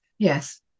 Yes